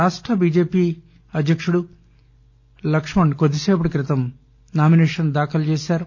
రాష్ట బిజెపి అధ్యక్షుడు లక్ష్మణ్ కొద్దిసేపటి క్రితం నామినేషన్ దాఖలు చేశారు